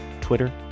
Twitter